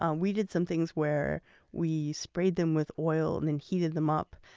um we did some things where we sprayed them with oil and then heated them up.